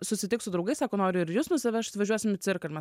susitikt su draugaissako noriu ir jus nusivežt važiuosim į cirką